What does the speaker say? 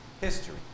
history